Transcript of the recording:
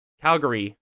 Calgary